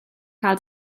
cael